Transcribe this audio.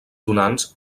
donants